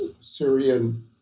Syrian